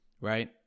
right